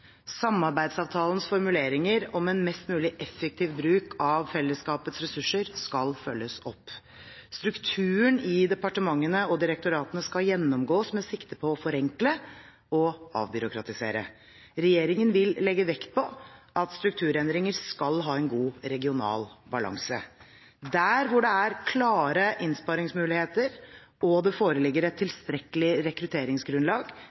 Samarbeidsavtalens formuleringer om «en mest mulig effektiv bruk av fellesskapets ressurser» skal følges opp. Strukturen i departementene og direktoratene skal gjennomgås, med sikte på å forenkle og avbyråkratisere. Regjeringen vil legge vekt på at strukturendringer skal ha en god regional balanse. Der hvor det er klare innsparingsmuligheter og det foreligger et tilstrekkelig rekrutteringsgrunnlag,